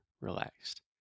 relaxed